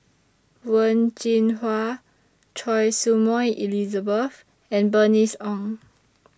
Wen Jinhua Choy Su Moi Elizabeth and Bernice Ong